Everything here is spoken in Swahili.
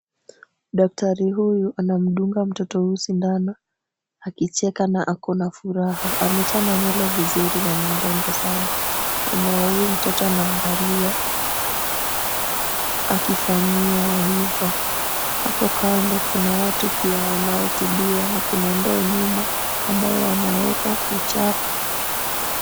Daktari huyu anamdunga mtoto huyu sindano akicheka na ako na furaha. Amechana nywele vizuri na ni mrembo sana. Mama wa huyu mtoto anaangalia akifanyiwa hivyo. Hapo kando kuna watu pia wanaotibiwa na kuna ndoo nyuma ambayo wanaeka uchafu.